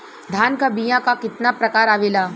धान क बीया क कितना प्रकार आवेला?